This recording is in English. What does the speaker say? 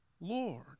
Lord